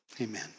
Amen